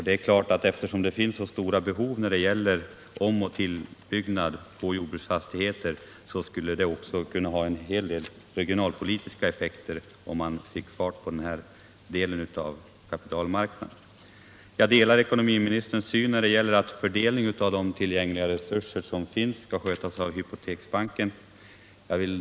Med tanke på det stora behovet av omoch tillbyggnad på jordbruksfastigheter skulle större fart på denna del av kapitalmarknaden också kunna få en hel del regionalpolitiska effekter. Jag delar ekonomiministerns uppfattning att fördelningen av de tillgängliga resurserna skall skötas av Hypoteksbanken.